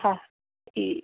हा जी